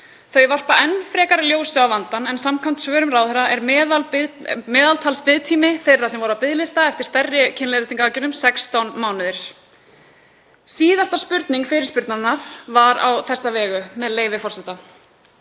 Þau varpa enn frekara ljósi á vandann en samkvæmt svörum ráðherra er meðalbiðtími þeirra sem voru á biðlista eftir stærri kynleiðréttingaraðgerðum 16 mánuðir. Síðasta spurning fyrirspurnarinnar var á þessa vegu, með leyfi forseta: